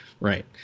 Right